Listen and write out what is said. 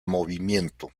movimiento